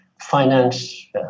finance